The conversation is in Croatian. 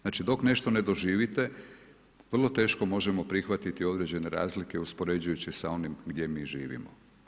Znači dok nešto ne doživite vrlo teško možemo prihvatiti određene razlike uspoređujući s onim gdje mi živimo.